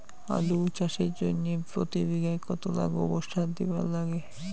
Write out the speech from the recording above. আলু চাষের জইন্যে প্রতি বিঘায় কতোলা গোবর সার দিবার লাগে?